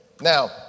Now